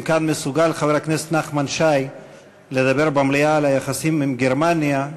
אם חבר הכנסת נחמן שי מסוגל לדבר כאן במליאה על היחסים עם גרמניה,